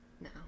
No